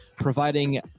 Providing